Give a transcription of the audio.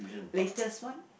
latest one